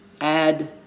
add